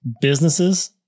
businesses